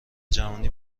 جهانی